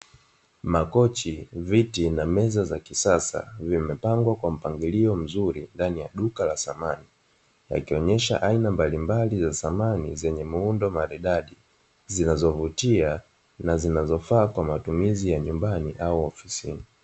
Makochi, viti na meza za kisasa vimepangwa kwa mpangilio mzuri, ndani ya duka la samani yakionyesha aina mbalimbali za samani zenye muundo maridadi, zinazovutia na zinazofaa kwa matumizi ya nyumbani au ofisini.